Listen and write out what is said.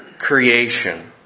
creation